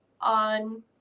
on